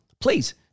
please